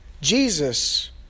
Jesus